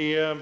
Är